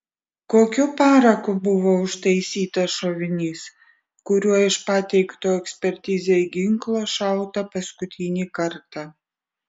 kokiu paraku buvo užtaisytas šovinys kuriuo iš pateikto ekspertizei ginklo šauta paskutinį kartą